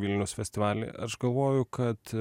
vilniaus festivalį aš galvoju kad